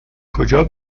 کجا